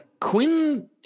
Quinn